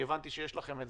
כי הבנתי שיש לכם את